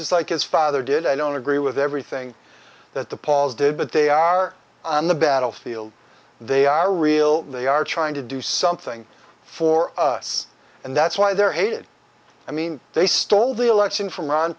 it's like his father did i don't agree with everything that the pauls did but they are on the battlefield they are real they are trying to do something for us and that's why they're hated i mean they stole the election from ron